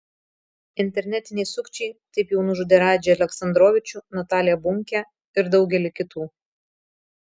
internetiniai sukčiai taip jau nužudė radžį aleksandrovičių nataliją bunkę ir daugelį kitų